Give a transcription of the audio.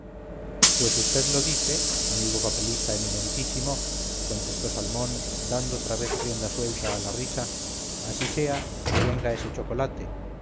pues vd lo dice amigo papelista eminentísimo contestó salmón dando otra vez rienda suelta a la risa así sea y venga ese chocolate